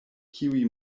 kiuj